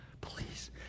Please